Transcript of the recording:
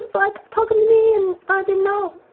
like, talking to me and i didn't know.